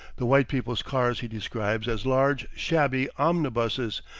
the white people's cars he describes as large, shabby omnibuses,